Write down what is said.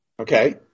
Okay